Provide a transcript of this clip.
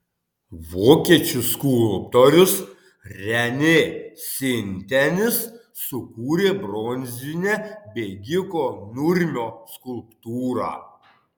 vokiečių skulptorius renė sintenis sukūrė bronzinę bėgiko nurmio skulptūrą